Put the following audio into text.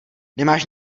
nemáš